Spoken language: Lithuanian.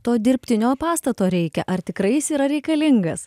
to dirbtinio pastato reikia ar tikrai jis yra reikalingas